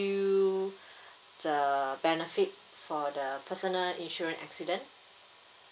you the benefit for the personal insurance accident